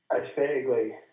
aesthetically